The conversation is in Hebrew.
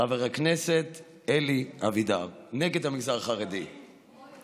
חבר הכנסת אלי אבידר נגד המגזר החרדי שקרים?